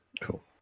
cool